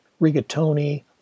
rigatoni